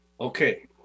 Okay